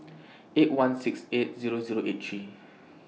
eight one six eight Zero Zero eight three